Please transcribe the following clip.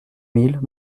mille